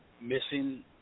missing